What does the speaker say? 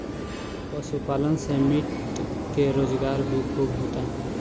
पशुपालन से मीट के रोजगार भी खूब होता